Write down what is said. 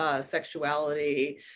sexuality